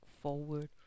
forward